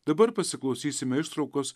dabar pasiklausysime ištraukos